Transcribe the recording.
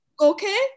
Okay